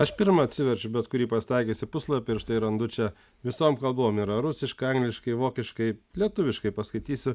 aš pirmą atsiverčiau bet kurį pasitaikiusį puslapį ir štai randu čia visom kalbom yra rusiškai angliškai vokiškai lietuviškai paskaitysiu